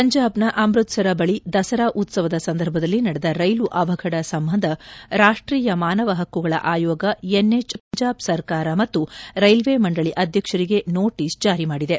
ಪಂಜಾಬ್ನ ಅಮೃತ್ಸರ ಬಳಿ ದಸರಾ ಉತ್ಸವದ ಸಂದರ್ಭದಲ್ಲಿ ನಡೆದ ರೈಲು ಅವಘಡ ಸಂಬಂಧ ರಾಷ್ಷೀಯ ಮಾನವ ಪಕ್ನುಗಳ ಆಯೋಗ N H R C Punjab ಸರ್ಕಾರ ಮತ್ತು ರೈಲ್ವೆ ಮಂಡಳಿ ಅಧ್ಯಕ್ಷರಿಗೆ ನೊಟೀಸ್ ಜಾರಿ ಮಾಡಿದೆ